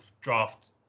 draft